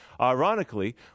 Ironically